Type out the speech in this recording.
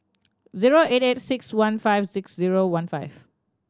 zero eight eight six one five six zero one five